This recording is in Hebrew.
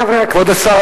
ליה שמטוב, על הקמת,